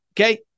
Okay